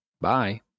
Bye